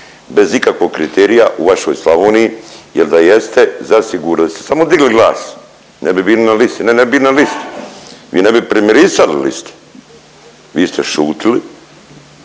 bez ikakvog kriterija u vašoj Slavoniji jel da jeste zasigurno da ste samo digli glas ne bi bili na listi, ne ne bi bili listi, vi ne bi primirisali listi, vi ste šutili,